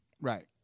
Right